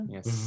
Yes